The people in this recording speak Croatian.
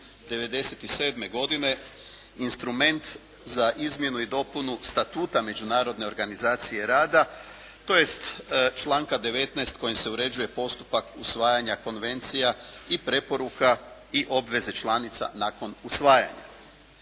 1997. godine instrument za izmjenu i dopunu Statuta Međunarodne organizacije rada tj. članka 19. kojim se uređuje postupak usvajanja konvencija i preporuka i obveze članica nakon usvajanja.